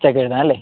check തരാം അല്ലെ